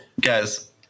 Guys